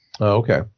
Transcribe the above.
okay